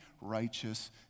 righteous